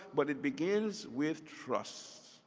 but it begins with trust.